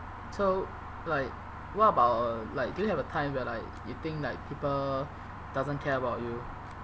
so like what about a like do you have a time when like you think like people doesn't care about you